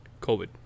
COVID